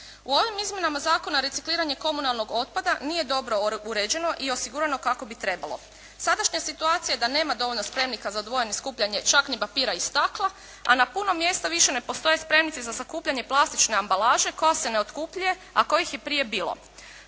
U ovim izmjenama zakona recikliranje komunalnog otpada nije dobro uređeno i osigurano kako bi trebalo. Sadašnja je situacija da nema dovoljno spremnika za odvojeno skupljanje čak ni papira i stakla a na puno mjesta više ne postoje spremnici za sakupljanje plastične ambalaže koja se ne otkupljuje a kojih je bilo